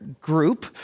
group